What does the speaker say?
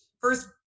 first